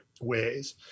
ways